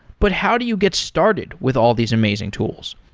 but how do you get started with all these amazing tools?